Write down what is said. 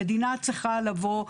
המדינה צריכה לבוא,